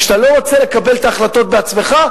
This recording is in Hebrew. כשאתה לא רוצה לקבל את ההחלטות בעצמך,